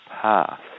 path